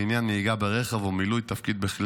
לעניין נהיגה ברכב או מילוי תפקיד בכלי